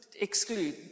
exclude